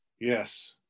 Yes